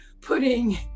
putting